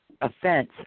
offense